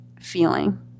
feeling